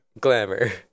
glamour